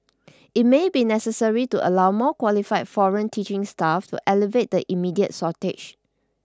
it may be necessary to allow more qualified foreign teaching staff to alleviate the immediate shortage